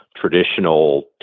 traditional